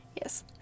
Yes